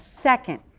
second